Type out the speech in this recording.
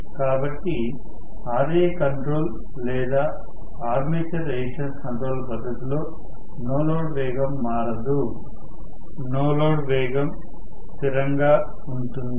కాబట్టి Raకంట్రోల్ లేదా ఆర్మేచర్ రెసిస్టెన్స్ కంట్రోల్ పద్ధతిలో నో లోడ్ వేగం మారదు నో లోడ్ వేగం స్థిరంగా ఉంటుంది